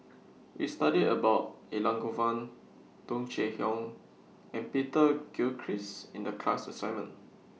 We studied about Elangovan Tung Chye Hong and Peter Gilchrist in The class assignment